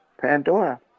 Pandora